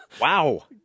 Wow